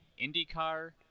IndyCar